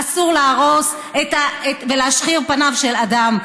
אסור להרוס ולהשחיר פניו של אדם,